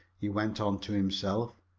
he went on to himself.